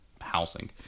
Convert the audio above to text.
housing